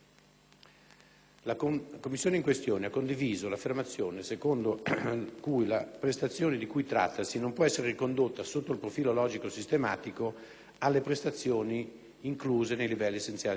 La commissione in questione ha condiviso l'affermazione secondo cui la prestazione di cui trattasi non può essere ricondotta, sotto il profilo logico-sistematico, alle prestazioni incluse nei livelli essenziali di assistenza,